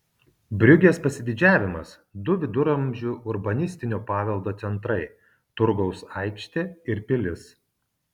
briugės pasididžiavimas du viduramžių urbanistinio paveldo centrai turgaus aikštė ir pilis